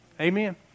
Amen